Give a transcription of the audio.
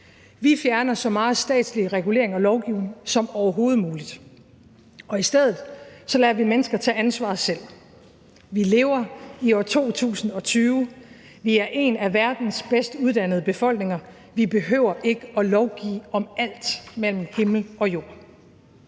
Vi fjerner så meget statslig regulering og lovgivning som overhovedet muligt, og i stedet lader vi mennesker tage ansvaret selv. Vi lever i år 2020, vi er en af verdens bedst uddannede befolkninger, vi behøver ikke at lovgive om alt mellem himmel og jord.